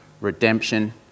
redemption